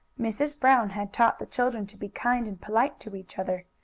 mrs. brown had taught the children to be kind and polite to each other,